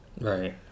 Right